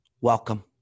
welcome